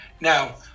now